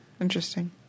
Interesting